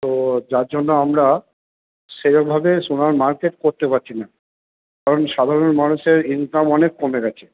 তো যার জন্য আমরা সেরমভাবে সোনার মার্কেট করতে পারছি না কারণ সাধারণ মানুষের ইনকাম অনেক কমে গেছে